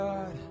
God